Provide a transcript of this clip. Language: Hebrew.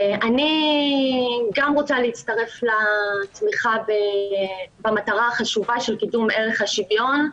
אני רוצה להצטרף לתמיכה במטרה החשובה של קידום ערך השוויון.